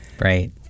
Right